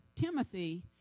Timothy